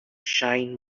shine